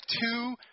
two